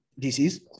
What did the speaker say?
dcs